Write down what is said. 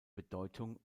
bedeutung